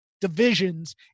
divisions